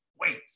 wait